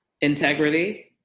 integrity